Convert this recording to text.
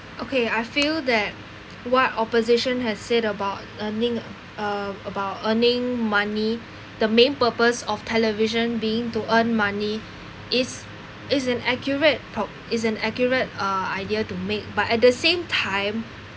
okay I feel that what opposition has said about earning uh about earning money the main purpose of television being to earn money is is an accurate po~ is an accurate uh idea to make but at the same time